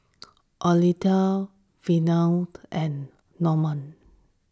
Ottilia Neveah and Normand